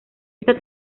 esa